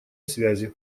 связи